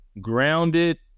grounded